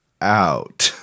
out